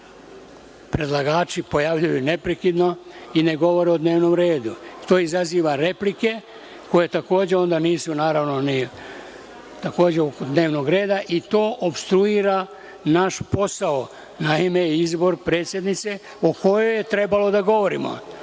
predlagači se pojavljuju neprekidno i ne govore o dnevnom redu. To izaziva replike, koje takođe nisu u sklopu dnevnog reda i to opstruira naš posao, naime izbor predsednice o kome je trebalo da govorimo.